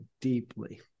deeply